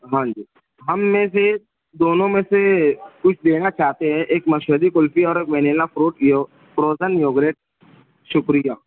ہاں جی ہم میں سے دونوں میں سے کچھ دینا چاہتے ہیں ایک مشہدی کلفی اور ایک ونیلا فروٹ یو فروزن یوگریٹ شکریہ